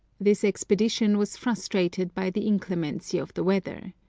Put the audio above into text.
this expedition was frustrated by the inclemency of the weather.